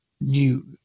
new